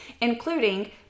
including